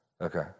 Okay